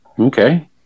Okay